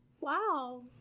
Wow